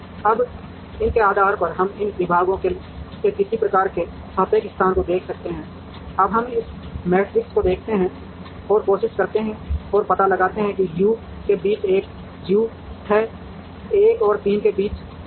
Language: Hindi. अब इन के आधार पर हम इन विभागों के किसी प्रकार के सापेक्ष स्थान को देख सकते हैं अब हम इस मैट्रिक्स को देखते हैं और कोशिश करते हैं और पता लगाते हैं कि U के बीच एक U है 1 और 3 के बीच A है